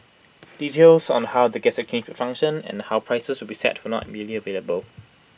details on how the gas exchange will function and how prices will be set were not immediately available